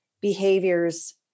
behaviors